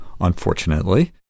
unfortunately